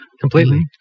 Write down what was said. Completely